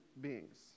beings